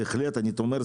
בהחלט אני אומר,